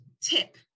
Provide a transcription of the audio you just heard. tip